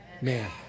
Man